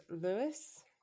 Lewis